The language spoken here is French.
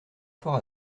fort